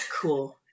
Cool